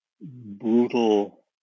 brutal